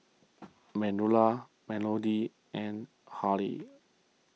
Manuela Melodee and Harvey